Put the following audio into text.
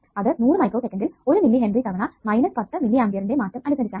അത് 100 മൈക്രോസെക്കന്ഡിൽ 1 milli henry തവണ 10 മില്ലിആംപിയറിന്റെ മാറ്റം അനുസരിച്ചാണ്